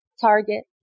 Target